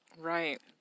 Right